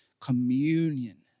communion